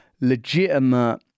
legitimate